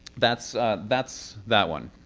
that's that's that one.